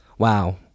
Wow